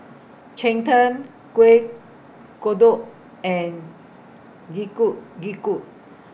Cheng Tng Kuih Kodok and